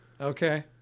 Okay